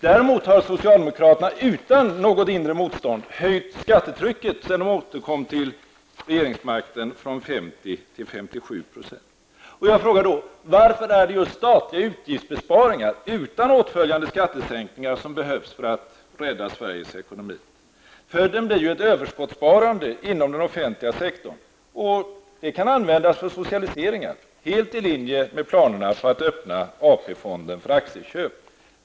Däremot har socialdemokraterna sedan de återkom till regeringsmakten utan något större inre motstånd höjt skattetrycket från 50 % till 57 %. Jag vill då fråga: Varför är det just statliga utgiftsbesparingar, utan åtföljande skattesänkningar, som behövs för att rädda Sveriges ekonomi? Följden blir ett överskottssparande inom den offentliga sektorn. Det kan användas för socialiseringar, helt i linje med planerna att öppna AP-fonden för aktieköp.